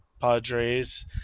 Padres